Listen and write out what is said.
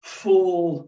full